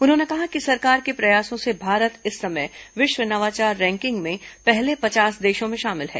उन्होंने कहा कि सरकार के प्रयासों से भारत इस समय विष्व नवाचार रैंकिंग में पहले पचास देषों में शामिल है